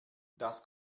das